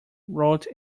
wrote